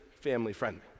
family-friendly